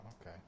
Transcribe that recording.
Okay